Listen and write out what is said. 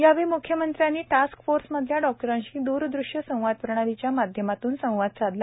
यावेळी म्ख्यमंत्र्यांनी टास्क फोर्समधल्या डॉक्टरांशी द्रदृष्य संवाद प्रणालीच्या माध्यमातून संवाद साधला